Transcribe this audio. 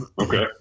Okay